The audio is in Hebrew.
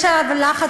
יש עליו לחץ.